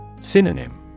Synonym